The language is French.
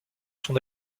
son